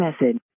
message